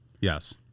Yes